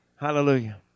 Hallelujah